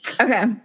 Okay